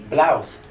Blouse